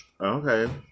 Okay